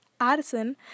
Addison